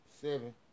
seven